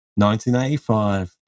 1985